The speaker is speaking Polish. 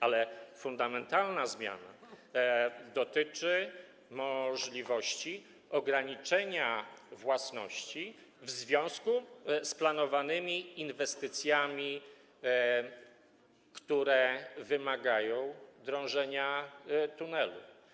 Ale fundamentalna zmiana dotyczy możliwości ograniczenia własności w związku z planowanymi inwestycjami, które wymagają drążenia tunelu.